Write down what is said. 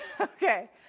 okay